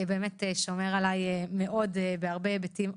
הוא באמת שומר עליי מאוד בהרבה היבטים חשובים.